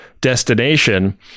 destination